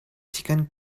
chickens